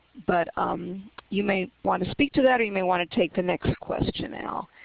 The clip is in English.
but um you may want to speak to that or you may want to take the next question, al.